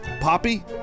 Poppy